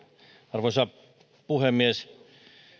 arvoisa puhemies